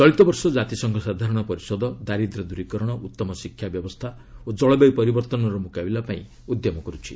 ଚଳିତ ବର୍ଷ କାତିସଂଘ ସାଧାରଣ ପରିଷଦ ଦାରିଦ୍ର୍ୟ ଦୂରୀକରଣ ଉତ୍ତମ ଶିକ୍ଷା ବ୍ୟବସ୍ଥା ଓ ଜଳବାୟୁ ପରିବର୍ତ୍ତନର ମୁକାବିଲାପାଇଁ ଉଦ୍ୟମ କରୁଛି